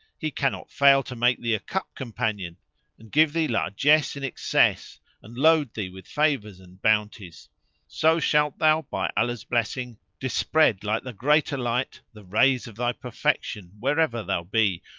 he cannot fail to make thee a cup-companion and give thee largess in excess and load thee with favours and bounties so shalt thou, by allah's blessing, dispread, like the greater light, the rays of thy perfection wherever thou be,